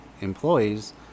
employees